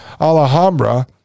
Alhambra